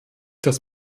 das